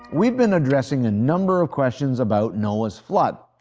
we've been addressing a number of questions about noah's flood.